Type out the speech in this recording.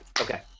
okay